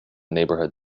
neighborhood